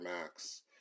Max